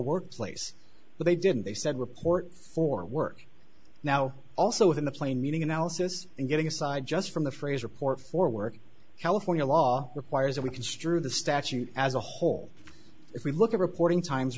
workplace but they didn't they said report for work now also in the plain meaning analysis and getting aside just from the phrase report for work california law requires that we construe the statute as a whole if we look at reporting times